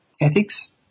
ethics